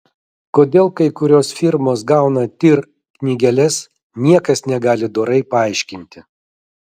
kodėl kai kurios firmos gauna tir knygeles niekas negali dorai paaiškinti